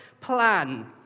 plan